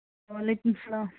وعلیکُم اَسلام